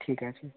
ঠিক আছে